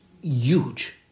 huge